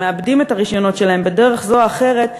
שמאבדים את הרישיונות שלהם בדרך זאת או אחרת,